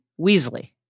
Weasley